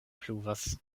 pluvas